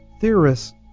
Theorists